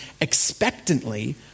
expectantly